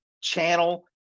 channel